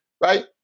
right